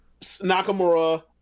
nakamura